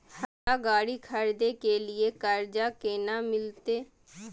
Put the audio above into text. हमरा गाड़ी खरदे के लिए कर्जा केना मिलते?